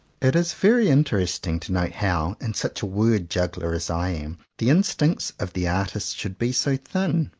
it is very interesting to note how, in such a word-juggler as i am, the instincts of the artist should be so thin.